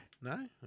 No